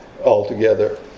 altogether